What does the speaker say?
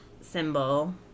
symbol